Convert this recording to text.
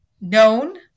known